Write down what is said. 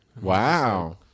Wow